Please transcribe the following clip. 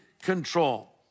control